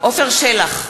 עפר שלח,